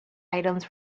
items